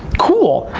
cool,